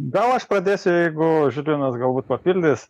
gal aš pradėsiu jeigu žilvinas galbūt papildys